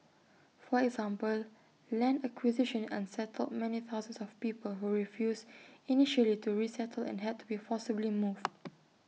for example land acquisition unsettled many thousands of people who refused initially to resettle and had to be forcibly moved